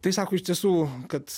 tai sako iš tiesų kad